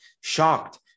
shocked